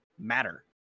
matter